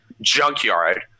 junkyard